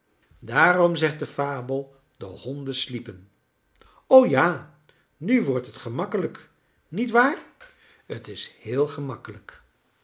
daarom zegt de fabel de honden sliepen o ja nu wordt het gemakkelijk niet waar t is heel gemakkelijk